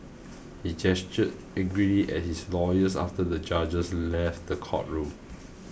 he gestured angrily at his lawyers after the judges left the courtroom